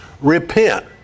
repent